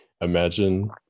imagine